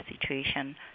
situation